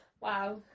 Wow